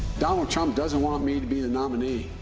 donald trump doesn't want me to be the nominee.